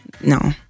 No